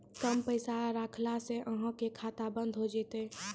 कम पैसा रखला से अहाँ के खाता बंद हो जैतै?